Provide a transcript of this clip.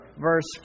verse